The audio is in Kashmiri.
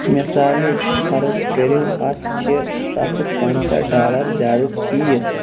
مِثالے فرٕض کٔرِو اَتھ چھ ستھ ہتھ پَنٛژاہ ڈالَر زیادٕ فیٖس